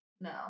No